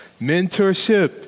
mentorship